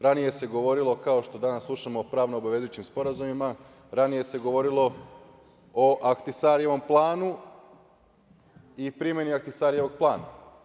Ranije se govorilo, kao što danas slušamo, o pravno obavezujućim sporazumima, ranije se govorilo o Ahtisarijevom planu i primanje Ahtisarijevog plana.